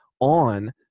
on